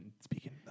Speaking